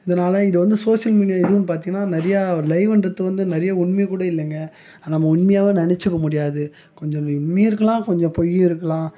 இதனால் இது வந்து சோசியல் மீடியாவிலையும் பார்த்தீங்கன்னா நிறையா லைவுன்றதும் வந்து நிறையா உண்மை கூட இல்லைங்க நம்ம உண்மையாகவும் நினச்சிக்க முடியாது கொஞ்சம் உண்மையும் இருக்கலாம் கொஞ்சம் பொய்யும் இருக்கலாம்